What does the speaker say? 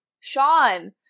Sean